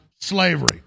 slavery